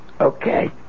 Okay